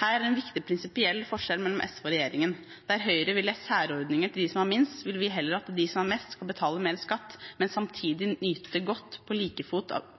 Her er det en viktig prinsipiell forskjell mellom SV og regjeringen. Der Høyre vil gi særordninger til dem som har minst, vil vi heller at de som har mest, skal betale mer skatt, men samtidig nyte